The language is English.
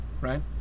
right